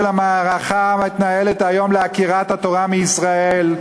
המערכה המתנהלת היום לעקירת התורה מישראל,